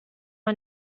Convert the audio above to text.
man